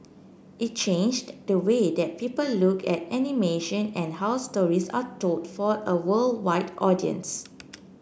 it changed the way that people look at animation and how stories are told for a worldwide audience